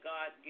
God